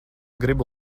gribu